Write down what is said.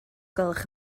gwelwch